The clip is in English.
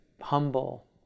humble